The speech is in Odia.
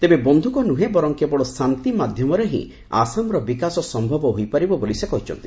ତେବେ ବନ୍ଧୁକ ନୁହେଁ ବର୍ଚ କେବଳ ଶାନ୍ତି ମାଧ୍ୟମରେ ହିଁ ଆସାମର ବିକାଶ ସମ୍ଭବ ହୋଇପାରିବ ବୋଲି ସେ କହିଛନ୍ତି